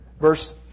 Verse